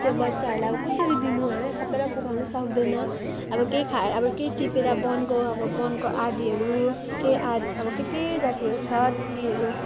त्यो बच्चाहरूलाई अब कसरी दिनु होइन सबैलाई पुऱ्याउनु सक्दैन अब केही खा अब केही टिपेर बनको अब बनको आधाहरू केही आद अब के के जातिहरू छ त्यतिहरू